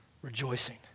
Rejoicing